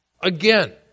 Again